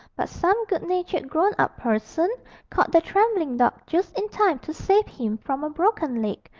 but some good-natured grown-up person caught the trembling dog just in time to save him from a broken leg,